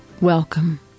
Welcome